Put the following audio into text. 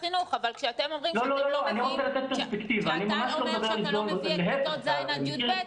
אבל כשאתה אומר שאתה לא מביא את כיתות ז' עד י"ב,